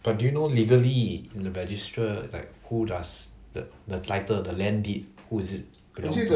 but do you know legally in the registrar like who does the the title the land deed who is it belong to